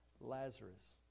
Lazarus